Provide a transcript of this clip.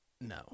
no